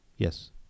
Yes